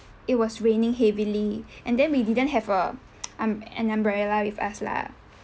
it was raining heavily and then we didn't have a um an umbrella with us lah